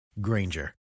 Granger